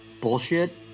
bullshit